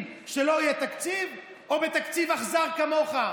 שלא יהיה תקציב או בתקציב אכזר כמוך?